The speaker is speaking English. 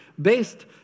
based